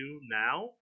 now